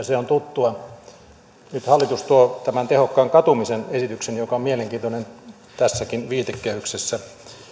se on tuttua nyt hallitus tuo tämän tehokkaan katumisen esityksen joka on mielenkiintoinen tässäkin viitekehyksessä